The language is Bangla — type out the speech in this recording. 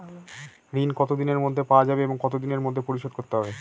ঋণ কতদিনের মধ্যে পাওয়া যাবে এবং কত দিনের মধ্যে পরিশোধ করতে হবে?